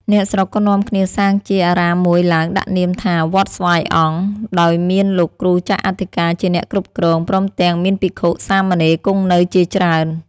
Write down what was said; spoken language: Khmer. អ្នកស្រុកក៏នាំគ្នាសាងជាអារាមមួយឡើង ដាក់នាមថា "វត្តស្វាយអង្គ" ដោយមានលោកគ្រូចៅអធិការជាអ្នកគ្រប់គ្រង ព្រមទាំងមានភិក្ខុ-សាមណេរគង់នៅជាច្រើន ។